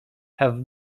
have